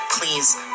Please